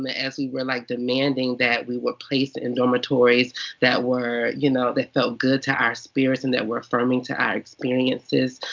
um ah as we were, like, demanding that we were placed in dormitories that were you know that felt good to our spirits, and that were affirming to our experiences.